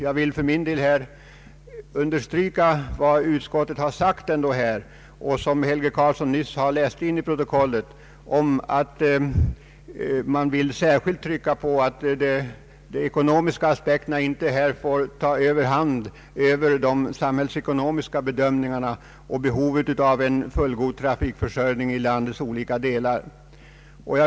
Jag vill för min del här understryka vad utskottet har sagt — vilket herr Helge Karlsson nyss läst in till protokollet — att man särskilt vill trycka på att de rent ekonomiska aspekterna inte får ta överhanden över de samhällsekonomiska bedömningarna och att det behövs en fullgod trafikförsörjning i landets olika delar.